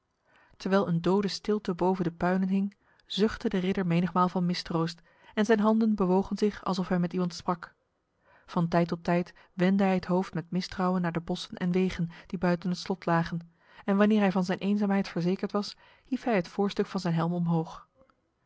terwijl een dode stilte boven de puinen hing zuchtte de ridder menigmaal van mistroost en zijn handen bewogen zich alsof hij met iemand sprak van tijd tot tijd wendde hij het hoofd met mistrouwen naar de bossen en wegen die buiten het slot lagen en wanneer hij van zijn eenzaamheid verzekerd was hief hij het voorstuk van zijn helm omhoog